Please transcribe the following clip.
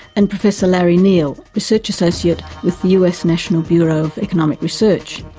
and professor larry neal, research associate with us national bureau of economic research.